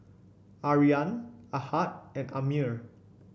Aryan Ahad and Ammir